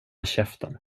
käften